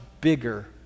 bigger